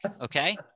Okay